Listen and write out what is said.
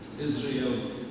Israel